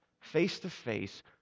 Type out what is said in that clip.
face-to-face